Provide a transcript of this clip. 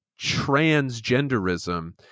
transgenderism